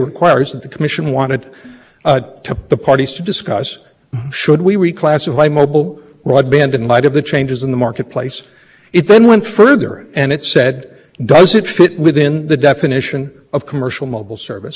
somehow they were supposed to end their conversation or were blindsided by the idea that well you just asked us whether it fit and we told you it doesn't so that's the end of the story is entirely inconsistent with any reasonable reading of three thirty two